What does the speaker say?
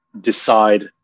decide